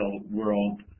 world